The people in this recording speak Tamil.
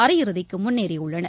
அரையிறுதிக்கு முன்னேறியுள்ளனர்